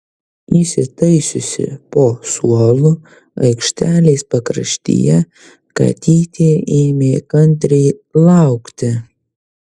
įsitaisiusi po suolu aikštelės pakraštyje katytė ėmė kantriai laukti